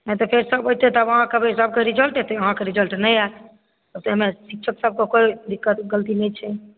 नहि तऽ फेल तेल भए जेबै तऽ सभके रिजल्ट एतै अहाँकेँ नहि एतै तऽ रिजल्ट नहि आयत जबकि शिक्षक सबके कोई गलती नहि छै